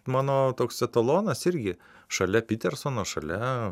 mano toks etalonas irgi šalia pytersono šalia